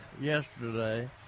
yesterday